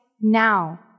now